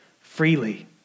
freely